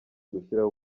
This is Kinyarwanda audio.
gushyiraho